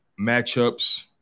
matchups